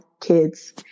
kids